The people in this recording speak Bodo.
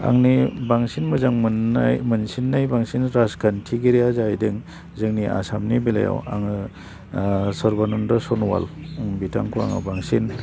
आंनि बांसिन मोजां मोन्नाय मोनसिननाय बांसिन राजखान्थिगिरिया जाहैदों जोंनि आसामनि बेलायाव आङो सर्बानन्द' सन'वाल बिथांखौ आङो बांसिन